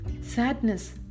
sadness